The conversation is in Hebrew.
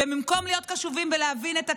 ובמקום להיות קשובים ולהבין את הכאב,